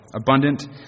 abundant